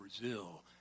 Brazil